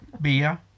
Beer